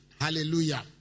Hallelujah